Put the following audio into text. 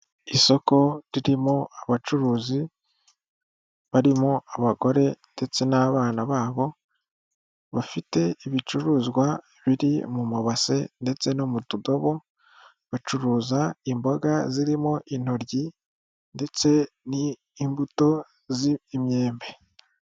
Isoko ririmo abacuruzi barimo abagore ndetse n'abana babo, bafite ibicuruzwa biri mu mabase ndetse no mu tudobo, bacuruza imboga zirimo intoryi ndetse n'imbuto z'imyembe.